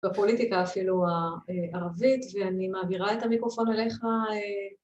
‫בפוליטיקה אפילו הערבית, ‫ואני מעבירה את המיקרופון אליך...